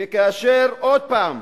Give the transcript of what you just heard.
וכאשר עוד פעם